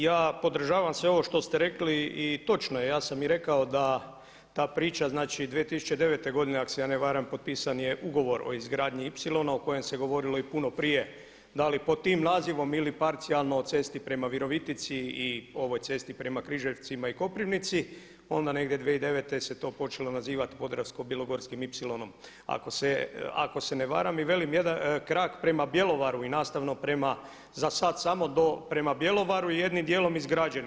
Ja podržavam sve ovo što ste rekli i točno je, ja sam i rekao da ta priča 2009. godine ako se ja ne varam potpisan je ugovor o izgradnji ipsilona o kojem se govorilo i puno prije, da li pod tim nazivom ili parcijalno o cesti prema Virovitici i ovoj cesti prema Križevcima i Koprivnici onda negdje 2009. se to počelo nazivati Podravsko-bilogorskim ipsilonom ako se ne varam i velim jedan krak prema Bjelovaru i nastavno prema za sada samo prema Bjelovaru jednim dijelom izgrađen.